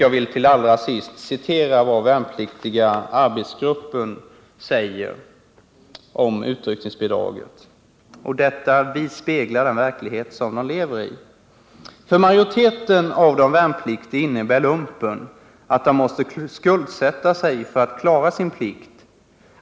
Jag vill till sist citera vad värnpliktiga arbetsgruppen sagt om utryckningsbidraget; det speglar den verklighet som de värnpliktiga lever i: ”För majoriteten av de vpl innebär lumpen att de måste skuldsätta sig för att klara sin plikt.